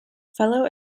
fellow